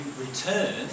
return